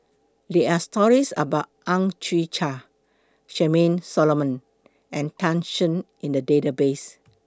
There Are stories about Ang Chwee Chai Charmaine Solomon and Tan Shen in The Database